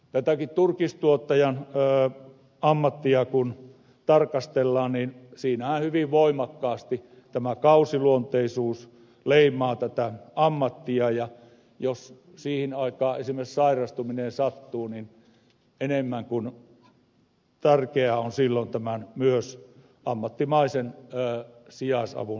tätäkin turkistuottajan ammattia kun tarkastellaan niin siinähän hyvin voimakkaasti tämä kausiluonteisuus leimaa tätä ammattia ja jos siihen aikaan esimerkiksi sairastuminen sattuu niin enemmän kuin tärkeää on silloin tämän myös ammattimaisen sijaisavun saaminen